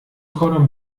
cordon